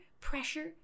pressure